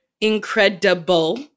incredible